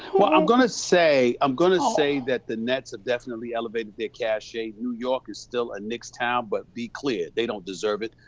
well i'm gonna say um gonna say that the mets have definitely elevated their cache. new york is still a knicks town, but be clear, they don't deserve it,